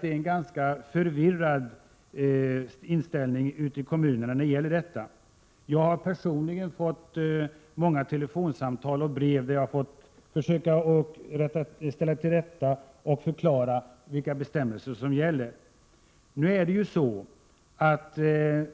Det är en ganska förvirrad inställning ute i kommunerna när det gäller denna fråga. Jag har personligen fått många telefonsamtal och brev. Jag har försökt förklara vilka bestämmelser som gäller.